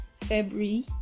February